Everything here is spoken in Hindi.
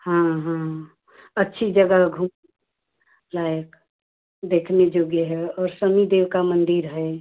हाँ हाँ अच्छी जगह घूम लायक़ देखने योग्य है और शनी देव का मंदिर है